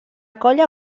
colla